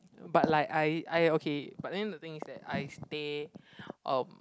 but like I I okay but then the thing is that I stay um